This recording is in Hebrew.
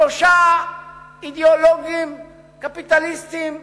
שלושה אידיאולוגים קפיטליסטים ימניים,